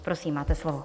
Prosím, máte slovo.